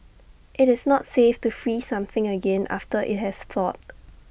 IT is not safe to freeze something again after IT has thawed